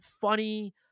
funny